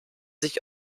sich